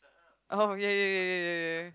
oh ya ya ya ya ya ya ya